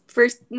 First